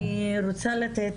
אני רוצה לתת